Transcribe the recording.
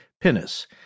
pinnace